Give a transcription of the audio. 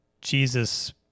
Jesus